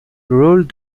ruled